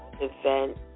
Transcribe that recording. event